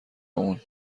اون